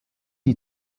die